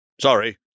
Sorry